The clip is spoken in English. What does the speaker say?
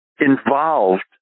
involved